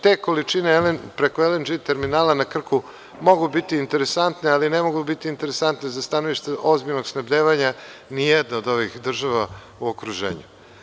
Te količine preko LNG terminala na Krku mogu biti interesantne ali ne mogu biti interesantne sa stanovišta ozbiljnog snabdevanja ni jedna od ovih država u okruženju.